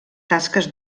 tasques